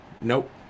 Nope